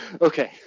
Okay